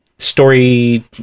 story